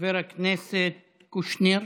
חבר הכנסת קושניר,